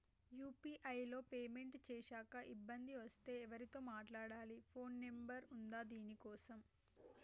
UPI లో payment చేశాక ఇబ్బంది వస్తే ఎవరితో మాట్లాడాలి? ఫోన్ నంబర్ ఉందా దీనికోసం?